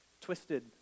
twisted